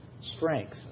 Strength